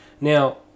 Now